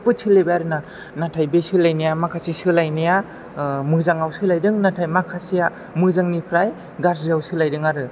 सोलायबाय आरो ना नाथाय बे सोलायनाया माखासे सोलायनाया मोजाङाव सोलायदों नाथाय माखासेया मोजांनिफ्राय गाज्रियाव सोलायदों आरो